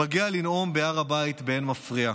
מגיע לנאום בהר הבית באין מפריע.